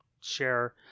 share